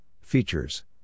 features